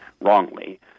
wrongly